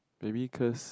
maybe cause